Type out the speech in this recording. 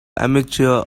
amateur